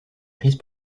crise